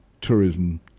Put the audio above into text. tourism